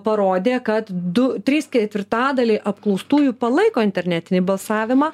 parodė kad du trys ketvirtadaliai apklaustųjų palaiko internetinį balsavimą